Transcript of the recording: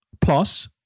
Plus